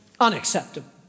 Unacceptable